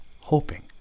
hoping